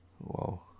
Wow